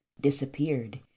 disappeared